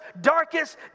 darkest